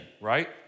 right